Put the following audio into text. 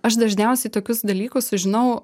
aš dažniausiai tokius dalykus sužinau